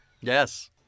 Yes